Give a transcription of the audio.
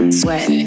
sweat